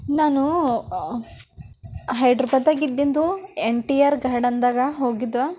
ನಾನು ಹೈದ್ರಾಬಾದಾಗ ಇದ್ದಿದ್ದು ಎನ್ ಟಿ ಆರ್ ಗಾರ್ಡನ್ದಾಗ ಹೋಗಿದ್ದ